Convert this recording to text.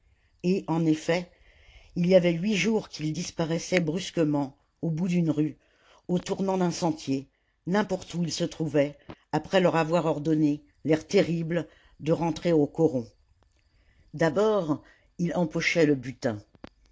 et en effet il y avait huit jours qu'il disparaissait brusquement au bout d'une rue au tournant d'un sentier n'importe où il se trouvait après leur avoir ordonné l'air terrible de rentrer au coron d'abord il empochait le butin